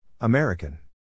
American